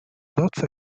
tozzo